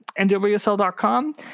nwsl.com